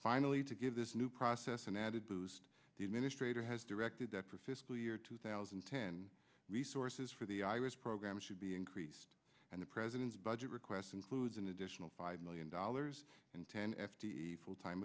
finally to give this new process an added boost the administrator has directed that for fiscal year two thousand and ten resources for the ira's program should be increased and the president's budget request includes an additional five million dollars and ten f t e full time